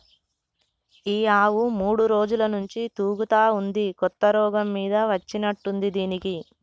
ఈ ఆవు మూడు రోజుల నుంచి తూగుతా ఉంది కొత్త రోగం మీద వచ్చినట్టుంది దీనికి